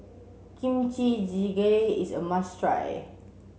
Kimchi Jjigae is a must try